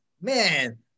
Man